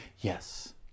Yes